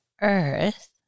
earth